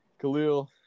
Khalil